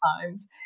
times